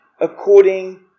according